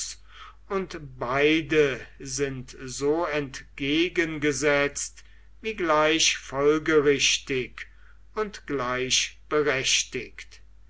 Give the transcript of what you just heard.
und beide sind so entgegengesetzt wie gleich folgerichtig und gleich